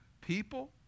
people